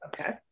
Okay